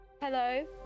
hello